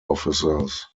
officers